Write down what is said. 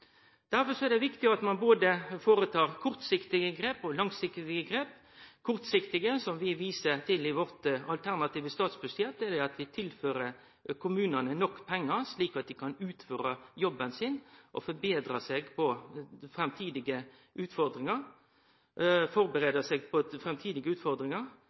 Derfor er det viktig at ein tar kortsiktige og langsiktige grep. Dei kortsiktige grepa som vi viser til i vårt alternative statsbudsjett, er at vi tilfører kommunane nok pengar, slik at dei kan utføre jobben sin og førebu seg på framtidige utfordringar.